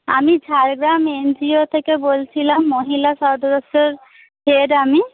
আমি ঝাড়গ্রাম এনজিও থেকে বলছিলাম মহিলা সদস্যের হেড আমি